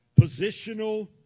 positional